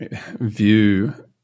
view